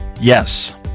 yes